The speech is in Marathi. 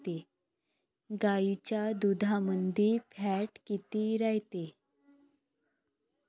गाईच्या दुधामंदी फॅट किती रायते?